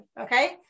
Okay